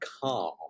calm